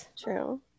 True